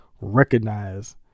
recognize